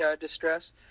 distress